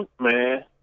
man